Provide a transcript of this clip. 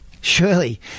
surely